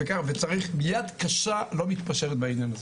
וצריך יד קשה לא מתפשרת בענין הזה.